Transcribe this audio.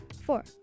Four